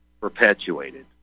perpetuated